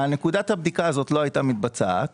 נקודת הבדיקה הזאת לא הייתה מתבצעת.